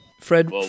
fred